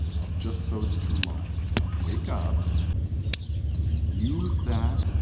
of just those two lines of wake up and then use that